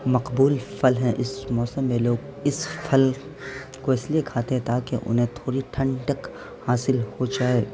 مقبول پھل ہیں اس موسم میں لوگ اس پھل کو اس لیے کھاتے ہیں تاکہ انہیں تھوڑی ٹھنڈک حاصل ہو جائے